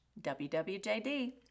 WWJD